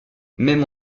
même